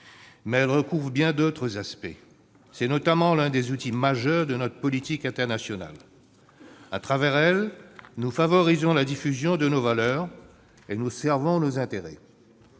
mais elle recouvre bien d'autres aspects. En particulier, elle est l'un des outils majeurs de notre politique internationale : à travers elle, nous favorisons la diffusion de nos valeurs et nous servons nos intérêts.